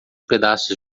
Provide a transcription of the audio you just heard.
pedaços